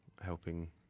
helping